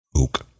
Ook